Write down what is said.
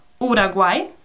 Uruguay